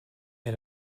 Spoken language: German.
mir